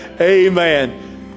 amen